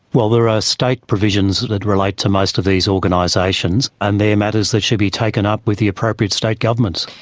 well, there are state provisions that relate to most of these organisations, and they're matters that should be taken up with the appropriate state governments.